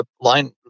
line